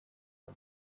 над